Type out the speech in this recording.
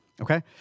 Okay